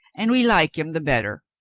and we like him the better.